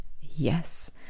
Yes